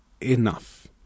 enough